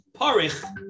parich